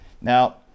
Now